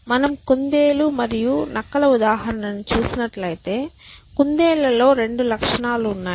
మనం కుందేలు మరియు నక్కల ఉదాహరణ ని చూసినట్లయితే కుందేళ్ళలో 2 లక్షణాలు ఉన్నాయి